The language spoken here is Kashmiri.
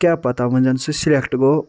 کیٚاہ پتہ وۄنۍ زن سُہ سلیٚکٹہٕ گوٚو